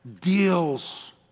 deals